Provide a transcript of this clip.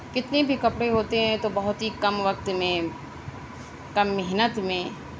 کتنی بھی کپڑے ہوتے ہیں تو بہت ہی کم وقت میں کم محنت میں